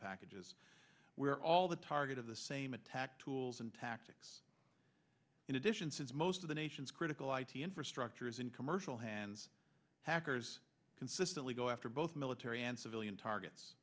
packages were all the target of the same attack tools and tactics in addition since most of the nation's critical i t infrastructure is in commercial hands hackers consistently go after both military and civilian targets